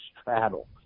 straddle